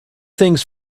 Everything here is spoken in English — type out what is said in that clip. things